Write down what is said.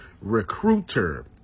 recruiter